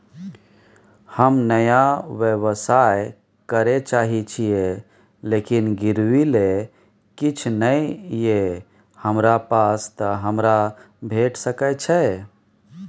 हम नया व्यवसाय करै चाहे छिये लेकिन गिरवी ले किछ नय ये हमरा पास त हमरा भेट सकै छै?